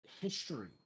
history